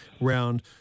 round